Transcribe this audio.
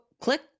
click